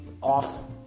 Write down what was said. off